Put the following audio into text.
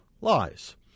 lies